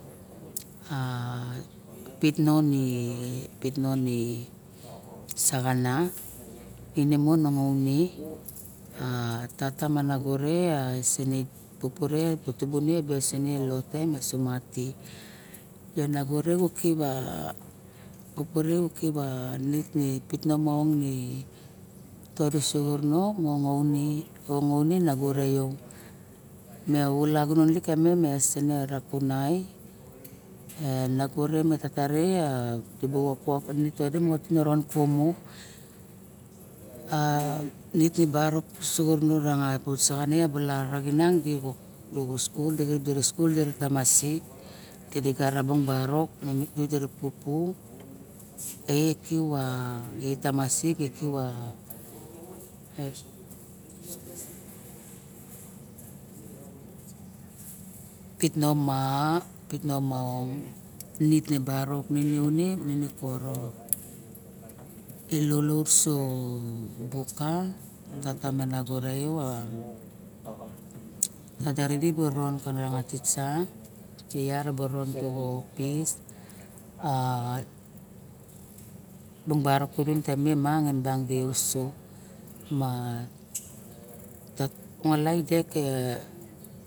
A pit non i saxana ine mon a une a tata ma nago re a sine pupu re tibe na ba senen xa lote ma sumaty yonagore u kip a kupure u kip a nitni kit namong i todesoxo re nongon mong a une a nago re yo me ulagunon lik kame sene ra kunai e nago re me tata re a dubu a todi moxo tiniron ra kumu a nik ni barok uso rana xa bu saxana bula raxin nang dubu skul dira skul tara tamasik tide gara a bung barok dira pupu e kip a xi tamasik di kip a kit noma nit ne barok ne niune ne koro ilulus xo buka ka tata ma nago re yo a tata re di bu ron ka tis ae yat bu ron opis a bung barok kanimen bang di uso ma nong a laendek ke